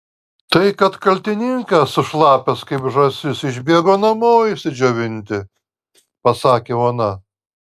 tai kad kaltininkas sušlapęs kaip žąsis išbėgo namo išsidžiovinti pasakė ona